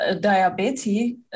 diabetes